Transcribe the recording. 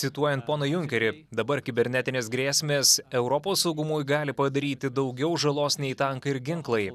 cituojant poną junkerį dabar kibernetinės grėsmės europos saugumui gali padaryti daugiau žalos nei tankai ir ginklai